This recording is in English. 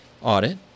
audit